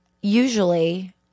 usually